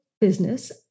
business